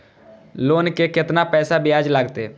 Loan के केतना पैसा ब्याज लागते?